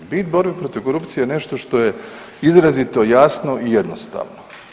Bit borbe protiv korupcije je nešto što je izrazito jasno i jednostavno.